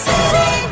City